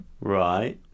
right